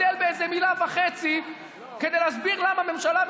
נגד עאידה תומא סלימאן,